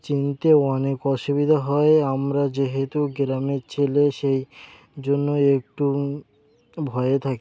চিনতে অনেক অসুবিধা হয় আমরা যেহেতু গ্রামের ছেলে সেই জন্য একটু ভয়ে থাকি